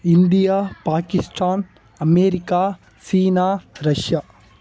India Pakistan America China Russia